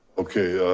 okay,